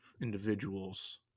individuals